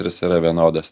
ir jis yra vienodas